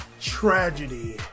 tragedy